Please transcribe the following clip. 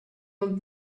old